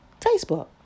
Facebook